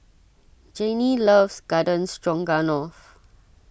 Janey loves Garden Stroganoff